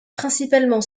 principalement